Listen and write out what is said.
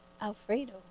Alfredo